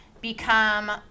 become